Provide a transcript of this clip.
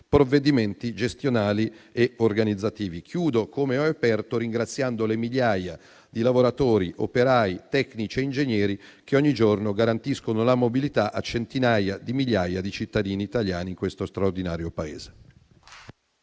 provvedimenti gestionali e organizzativi. Concludo ringraziando nuovamente le migliaia di lavoratori, operai, tecnici e ingegneri che ogni giorno garantiscono la mobilità a centinaia di migliaia di cittadini italiani in questo straordinario Paese.